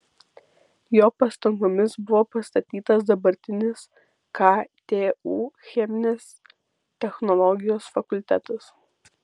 jo pastangomis buvo pastatytas dabartinis ktu cheminės technologijos fakultetas